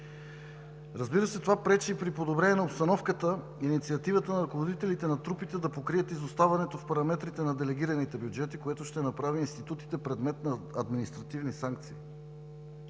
Разбира се, това пречи и при подобрение на обстановката. Инициативата на ръководителите на трупите е да покрият изоставането в параметрите на делегираните бюджети, което ще направи институтите предмет на административни санкции.